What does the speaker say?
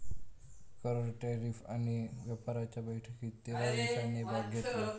कर, टॅरीफ आणि व्यापाराच्या बैठकीत तेरा देशांनी भाग घेतलो